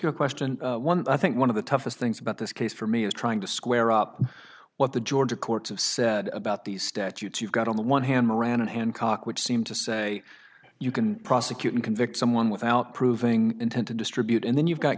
you a question i think one of the toughest things about this case for me is trying to square up what the georgia courts have said about these statutes you've got on the one hand moran and hancock which seem to say you can prosecute and convict someone without proving intent to distribute and then you've got